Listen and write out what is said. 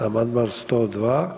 Amandman 102.